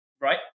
right